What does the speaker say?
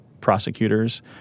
prosecutors